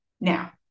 Now